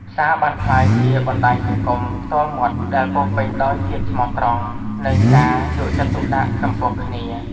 ផ្សារបានក្លាយជាបណ្ដាញសង្គមផ្ទាល់មាត់ដែលពោរពេញដោយភាពស្មោះត្រង់ និងការយកចិត្តទុកដាក់ចំពោះគ្នា។